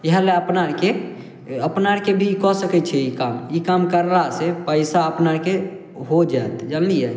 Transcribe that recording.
इएह लए अपना आरके अपना आर भी कऽ सकय छियै ई काम ई काम करय लए से पैसा अपना आरके हो जायत जनलियै